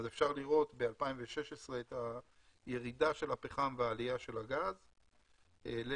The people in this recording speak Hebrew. אפשר לראות ב-2016 את הירידה של הפחם והעלייה של הגז לכ-61%,